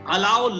Allow